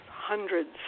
hundreds